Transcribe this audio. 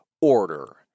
Order